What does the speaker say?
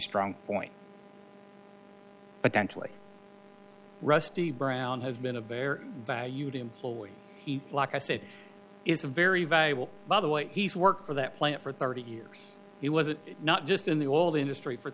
strong point but actually rusty brown has been a bear valued employee he like i said is a very valuable by the way he's worked for that plant for thirty years he was it not just in the oil industry for